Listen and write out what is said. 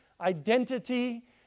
identity